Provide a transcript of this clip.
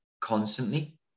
constantly